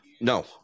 No